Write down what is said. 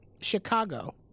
Chicago